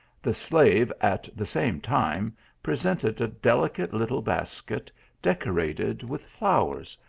the slave at the same time presented a delicate little basket decorated with flowers,